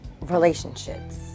relationships